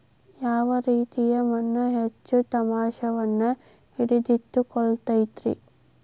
ಯಾವ ರೇತಿಯ ಮಣ್ಣ ಹೆಚ್ಚು ತೇವಾಂಶವನ್ನ ಹಿಡಿದಿಟ್ಟುಕೊಳ್ಳತೈತ್ರಿ?